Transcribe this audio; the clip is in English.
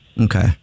Okay